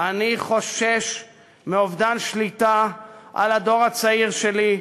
אני חושש מאובדן שליטה על הדור הצעיר שלי,